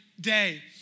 day